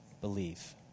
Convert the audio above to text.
believe